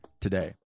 today